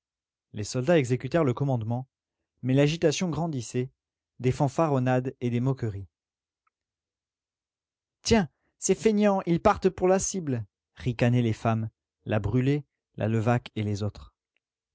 les soldats exécutèrent le commandement mais l'agitation grandissait des fanfaronnades et des moqueries tiens ces feignants ils partent pour la cible ricanaient les femmes la brûlé la levaque et les autres